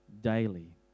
daily